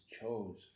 chose